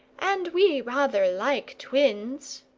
and we rather like twins.